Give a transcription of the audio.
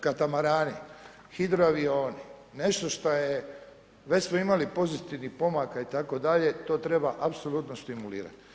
Katamarani, hidroavioni, nešto što je već smo imali pozitivnih pomaka itd., to treba apsolutno stimulirati.